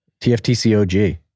TFTCOG